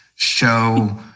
show